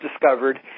discovered